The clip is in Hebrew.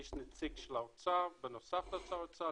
יש נציג של האוצר בנוסף לשר האוצר,